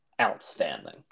outstanding